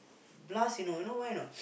last you know you know why or not